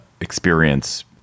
experience